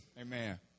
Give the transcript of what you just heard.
Amen